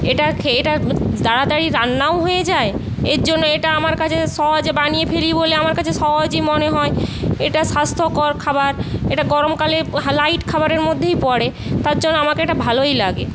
এটা খেয়ে এটা তাড়াতাড়ি রান্নাও হয়ে যায় এর জন্যে এটা আমার কাছে সহজে বানিয়ে ফেলি বলে আমার কাছে সহজই মনে হয় এটা স্বাস্থ্যকর খাবার এটা গরম কালে লাইট খাবারের মধ্যেই পড়ে তার জন্য আমার এটা ভালোই লাগে